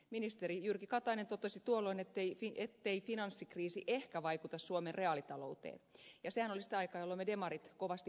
ministeri jyrki katainen totesi tuolloin ettei finanssikriisi ehkä vaikuta suomen reaalitalouteen ja sehän oli sitä aikaa jolloin me demarit kovasti sillä pelottelimme